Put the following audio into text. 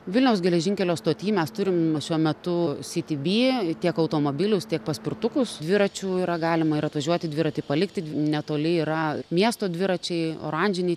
vilniaus geležinkelio stoty mes turim šiuo metu city b tiek automobilius tiek paspirtukus dviračių yra galima ir atvažiuoti dviratį palikti netoli yra miesto dviračiai oranžiniai